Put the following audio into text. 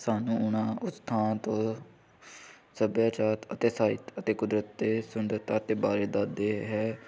ਸਾਨੂੰ ਉਹਨਾਂ ਉਸ ਥਾਂ ਤੋਂ ਸੱਭਿਆਚਾਰ ਅਤੇ ਸਾਹਿਤ ਅਤੇ ਕੁਦਰਤ ਦੇ ਸੁੰਦਰਤਾ ਦੇ ਬਾਰੇ ਦੱਸਦੇ ਹੈ